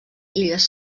illes